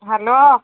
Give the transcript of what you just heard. hello